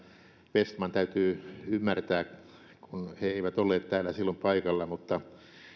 vestman täytyy ymmärtää kun he eivät olleet täällä silloin paikalla mutta